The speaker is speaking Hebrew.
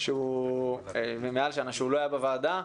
שהוא לא היה בוועדה.